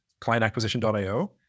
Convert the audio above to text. clientacquisition.io